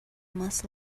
must